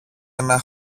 ένα